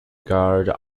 garde